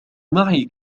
معي